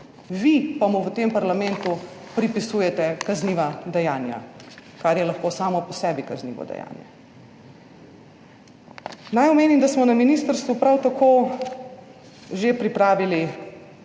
Vi pa mu v tem parlamentu pripisujete kazniva dejanja, kar je lahko samo po sebi kaznivo dejanje. Naj omenim, da smo na ministrstvu prav tako že pripravili